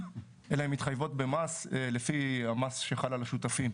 אלא הן מתחייבות במס לפי המס שחל על השותפים.